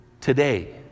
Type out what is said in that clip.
today